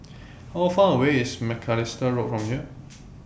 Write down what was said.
How Far away IS Macalister Road from here